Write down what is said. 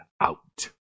out